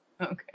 Okay